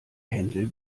händel